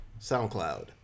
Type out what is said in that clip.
SoundCloud